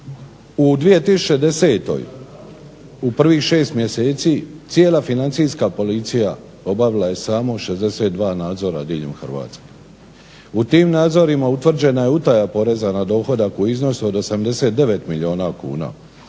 u 2010. u prvih 6 mjeseci cijela Financijska policija obavila je samo 62 nadzora diljem Hrvatske. U tim nadzorima utvrđena je utaja poreza na dohodak u iznosu od 89 milijuna kuna,